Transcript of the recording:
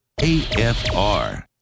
AFR